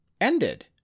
ended